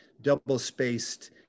double-spaced